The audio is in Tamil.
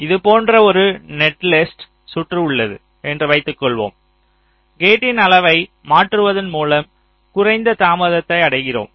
இது போன்ற ஒரு நெட்லிஸ்ட் சுற்று உள்ளது என்று வைத்துக்கொள்வோம் கேட்டின் அளவை மாற்றுவதன் மூலம் குறைந்த தாமதத்தை அடைகிறோம்